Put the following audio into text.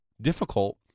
difficult